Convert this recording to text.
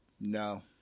No